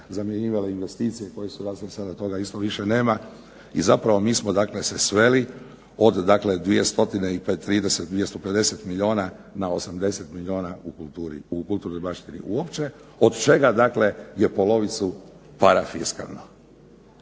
zamjenjivale investicije koje su rasle. Sada toga isto više nema. I zapravo mi smo, dakle se sveli od dakle, 2 stotine i 30, 250 milijuna na 80 milijuna u kulturi, u kulturnoj baštini uopće od čega, dakle je polovicu parafiskalno.